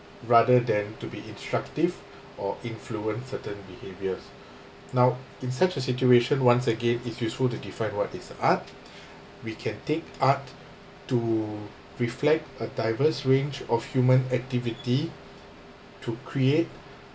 rather than to be instructive or influence certain behaviors now in such a situation once again it's useful to define what is art we can take art to reflect a diverse range of human activity to create